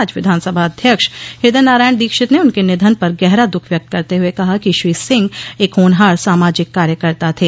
आज विधानसभा अध्यक्ष हृदय नारायण दीक्षित ने उनके निधन पर गहरा दुःख व्यक्त करते हुए कहा कि श्री सिंह एक होनहार सामाजिक कार्यकर्ता थे